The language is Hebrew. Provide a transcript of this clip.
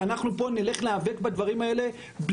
שאנחנו פה נלך להיאבק בדברים האלה,